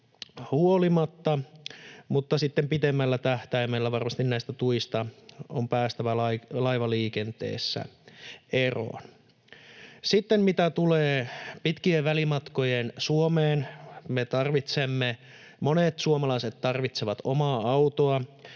huolimatta, mutta sitten pidemmällä tähtäimellä varmasti näistä tuista on päästävä laivaliikenteessä eroon. Sitten mitä tulee pitkien välimatkojen Suomeen, monet suomalaiset tarvitsevat omaa autoa.